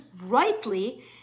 rightly